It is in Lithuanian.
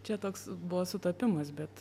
čia toks buvo sutapimas bet